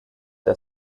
der